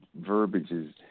verbiages